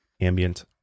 ambient